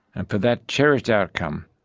and for that cherished outcome,